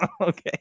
Okay